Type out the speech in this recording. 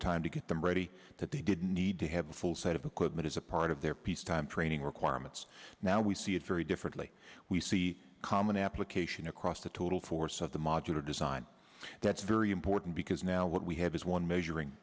time to get them ready that they didn't need to have a full set of equipment is a part of their peacetime training requirements now we see it very differently we see common application across the total force of the modular design that's very important because now what we have is one measuring